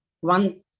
one